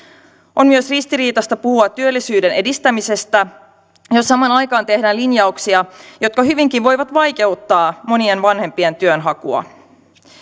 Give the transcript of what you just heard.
on myös ristiriitaista puhua työllisyyden edistämisestä jos samaan aikaan tehdään linjauksia jotka hyvinkin voivat vaikeuttaa monien vanhempien työnhakua